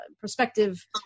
perspective